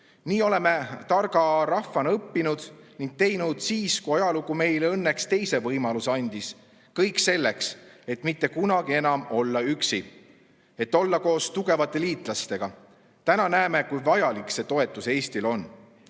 Nii oleme targa rahvana õppinud ning teinud siis, kui ajalugu meile õnneks teise võimaluse andis, kõik selleks, et mitte kunagi enam olla üksi, et olla koos tugevate liitlastega. Täna näeme, kui vajalik see toetus Eestile